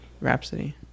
Rhapsody